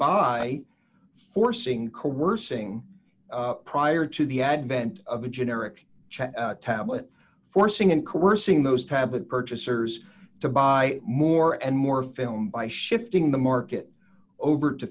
by forcing coercing prior to the advent of a generic tablet forcing in coercing those tablet purchasers to buy more and more film by shifting the market over to